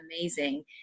amazing